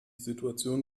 situation